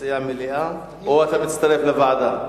מציע מליאה או אתה מצטרף לוועדה?